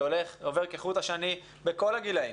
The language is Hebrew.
זה הולך, עובר כחוט השני בכל הגילאים